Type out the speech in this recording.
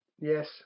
yes